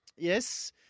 Yes